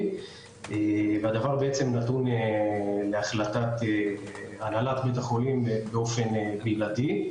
והדבר נתון להחלטת הנהלת בית החולים באופן בלעדי.